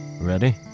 Ready